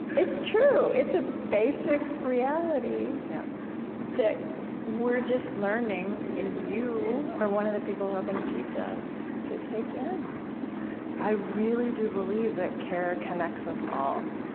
it's true. it's a basic reality that we're just learning, and you are one of the people helping teach us to take in i really do believe that care connects us all.